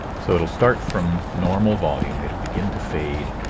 so it'll start from normal volume, it'll begin to fade,